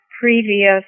previous